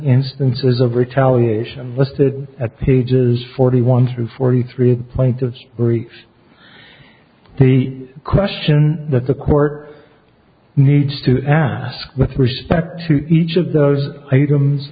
instances of retaliation listed at pages forty one through forty three point of greeks the question that the court needs to ask with respect to each of those items